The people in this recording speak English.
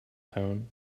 tone